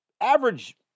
Average